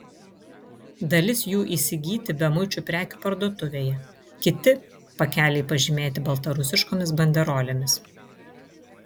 dalis jų įsigyti bemuičių prekių parduotuvėje kiti pakeliai pažymėti baltarusiškomis banderolėmis